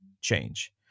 change